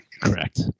Correct